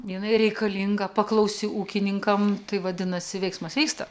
jinai reikalinga paklausi ūkininkam tai vadinasi veiksmas vyksta